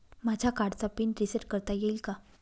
माझ्या कार्डचा PIN reset करता येईल का?